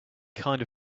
kind